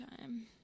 time